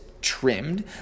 trimmed